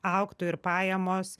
augtų ir pajamos